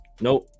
Nope